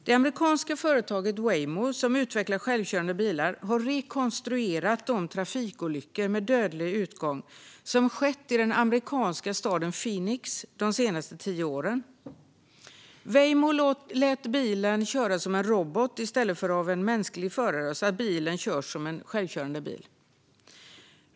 Det amerikanska företaget Waymo, som utvecklar självkörande bilar, har rekonstruerat de trafikolyckor med dödlig utgång som har skett i den amerikanska staden Phoenix de senaste tio åren. Waymo lät bilen köras som en robot i stället för av en mänsklig förare, alltså som en självkörande bil.